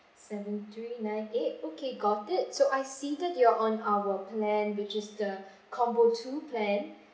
seven three nine eight okay got it so I see that you're on our plan which is the combo two plan